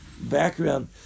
background